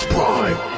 Prime